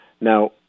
Now